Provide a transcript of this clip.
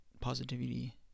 positivity